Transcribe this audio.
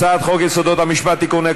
הצעת חוק יסודות המשפט (תיקון,